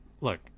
Look